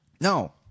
No